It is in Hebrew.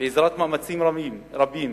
בעזרת מאמצים רבים